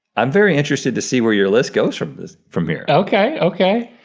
i'm very interested to see where your list goes from this, from here. okay, okay.